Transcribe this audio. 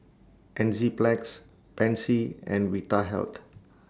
Enzyplex Pansy and Vitahealth